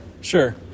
sure